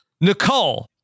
Nicole